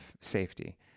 safety